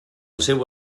seu